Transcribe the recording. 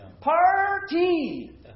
Party